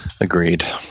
Agreed